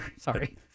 sorry